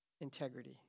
Integrity